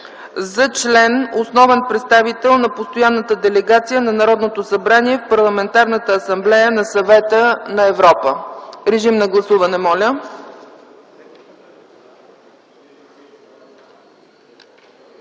за член – основен представител на Основната делегация на Народното събрание в Парламентарната асамблея на Съвета на Европа.” Моля, гласувайте.